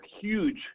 huge